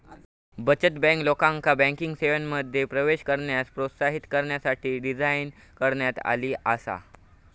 बचत बँक, लोकांका बँकिंग सेवांमध्ये प्रवेश करण्यास प्रोत्साहित करण्यासाठी डिझाइन करण्यात आली आसा